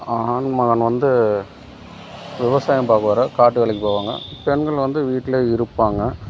ஆண் மகன் வந்து விவசாயம் பார்க்குற காட்டு வேலைக்கு போவாங்க பெண்கள் வந்து வீட்லே இருப்பாங்க